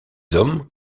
hommes